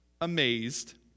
amazed